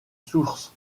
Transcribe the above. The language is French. sources